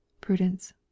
Prudence